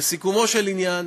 לסיכומו של עניין,